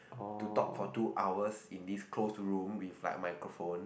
to talk for two hours in this close room with like microphone